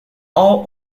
all